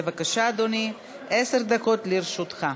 בבקשה, אדוני, עשר דקות לרשותך.